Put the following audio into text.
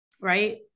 right